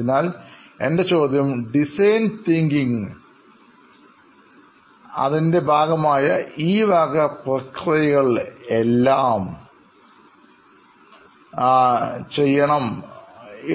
അതിനാൽ എൻറെ ചോദ്യം ഡിസൈൻ തിങ്കിംഗ് അതിൻറെ ഭാഗമായി ഈവക പ്രക്രിയകളെല്ലാം ചെയ്യണം